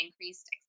increased